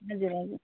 हजुर हजुर